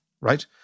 right